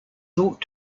thought